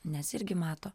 nes irgi mato